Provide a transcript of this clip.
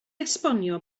esbonio